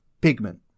pigment